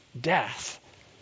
death